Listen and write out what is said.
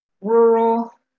rural